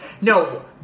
No